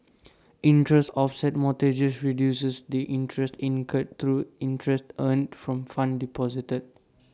interest offset mortgages reduces the interest incurred through interest earned from funds deposited